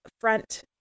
front